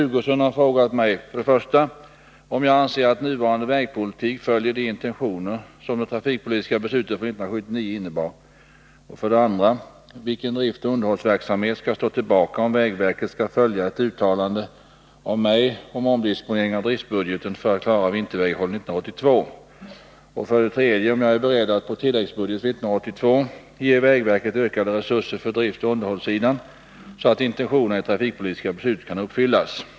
Kurt Hugosson har frågat mig 1. om jag anser att nuvarande vägpolitik följer de intentioner som det trafikpolitiska beslutet från 1979 innebar, 2. vilken driftoch underhållsverksamhet som skall stå tillbaka om vägverket skall följa ett uttalande av mig om omdisponering av driftbudgeten för att klara vinterväghållningen 1982, 105 3. om jag är beredd att på tilläggsbudget för 1982 ge vägverket ökade resurser för driftoch underhållssidan, så att intentionerna i det trafikpolitiska beslutet kan uppfyllas.